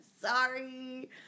Sorry